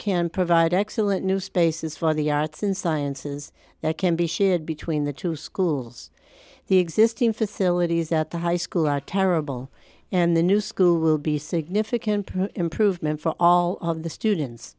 can provide excellent new spaces for the arts and sciences that can be shared between the two schools the existing facilities at the high school are terrible and the new school will be significant improvement for all of the students